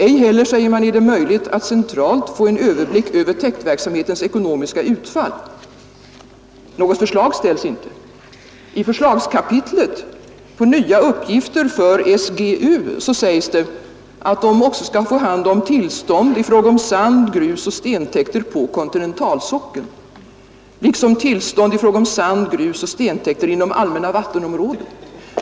”Ej heller”, sägs det, ”är det möjligt att centralt få en överblick över täktverksamhetens ekonomiska utfall ———” Något förslag ställs inte. I förslagskapitlet om nya uppgifter för SGU sägs det att Sveriges geologiska undersökning också skall få hand om tillstånd i fråga om sand-, grusoch stentäkter på kontinentalsockeln liksom tillstånd i fråga om sand-, grusoch stentäkter inom det allmänna vattenområdet.